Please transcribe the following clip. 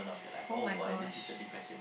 oh-my-gosh